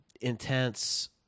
intense